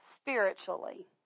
spiritually